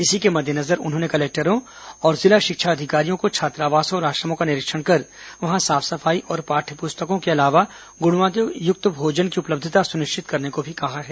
इसी के मद्देनजर उन्होंने कलेक्टरों और जिला शिक्षा अधिकारियों को छात्रॉवासों और आश्रमों का निरीक्षण कर वहां साफ सफाई और पाठ्यपुस्तकों के अलावा गुणवत्तायुक्त भोजन की उपलब्धता सुनिश्चित कराने को भी कहा है